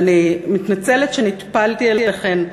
ואני מתנצלת שנטפלתי אליכן,